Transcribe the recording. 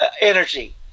energy